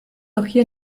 hier